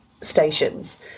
stations